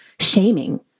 shaming